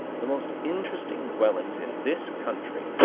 the most interesting dwellings in this country,